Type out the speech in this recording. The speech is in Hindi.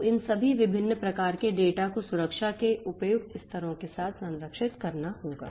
तो इन सभी विभिन्न प्रकार के डेटा को सुरक्षा के उपयुक्त स्तरों के साथ संरक्षित करना होगा